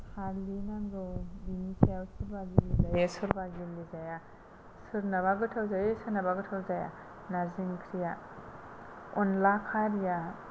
हालदै नांगौ बिनि सायाव सोरबा गेब्लेजायो सोरबा गेब्लेजाया सोरनाबा गोथाव जायो सोरनाबा गोथाव जाया नारजि ओंख्रिया अनद्ला खारिया